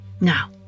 Now